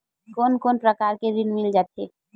कोन कोन प्रकार के ऋण मिल जाथे?